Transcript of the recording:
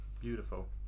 Beautiful